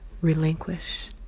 relinquish